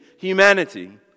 humanity